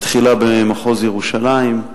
בתחילה במחוז ירושלים.